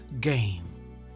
Game